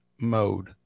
mode